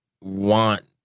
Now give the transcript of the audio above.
want